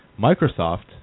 Microsoft